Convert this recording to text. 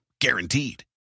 Guaranteed